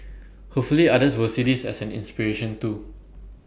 hopefully others will see this as an inspiration too